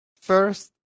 First